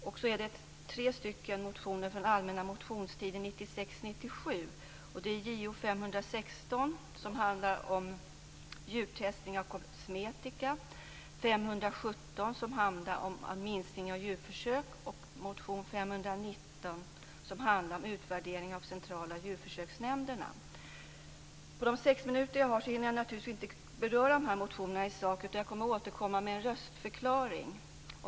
Det gäller även tre motioner från allmänna motionstiden Under de sex minuter som jag har till mitt förfogande hinner jag naturligtvis inte beröra dessa motioner i sak, utan jag kommer att återkomma med en röstförklaring.